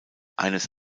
eines